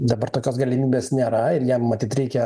dabar tokios galimybės nėra ir jam matyt reikia